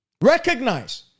Recognize